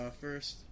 first